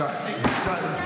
זה הזיה.